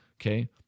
okay